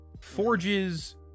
Forges